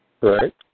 Right